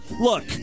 Look